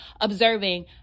observing